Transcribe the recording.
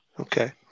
Okay